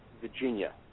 Virginia